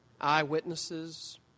eyewitnesses